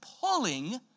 pulling